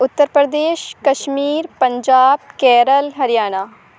Uttar Pradesh Kashmir Punjab Kerala Haryana